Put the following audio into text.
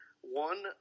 One